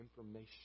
information